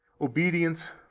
obedience